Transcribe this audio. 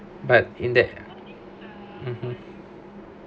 but in that mmhmm